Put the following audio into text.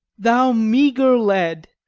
thou meagre lead,